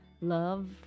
love